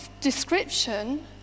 description